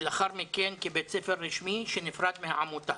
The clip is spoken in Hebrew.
ולאחר מכן כבית ספר רשמי שנפרד מהעמותה.